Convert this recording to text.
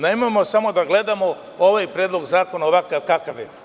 Nemojmo samo da gledamo ovaj Predlog zakona ovakav kakav je.